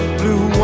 blue